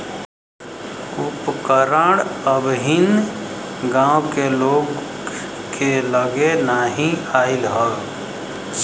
उपकरण अबहिन गांव के लोग के लगे नाहि आईल हौ